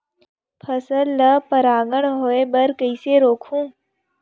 फसल ल परागण होय बर कइसे रोकहु?